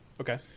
okay